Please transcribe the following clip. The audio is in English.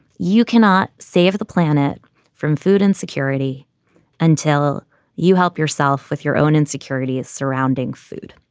you cannot save the planet from food and security until you help yourself with your own insecurities surrounding food.